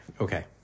Okay